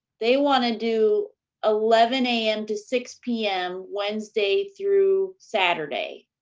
they wanna do eleven a m. to six p m. wednesday through saturday.